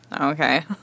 Okay